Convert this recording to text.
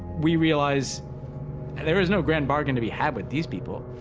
we realize and there is no grand bargain to be had with these people.